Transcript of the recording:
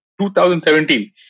2017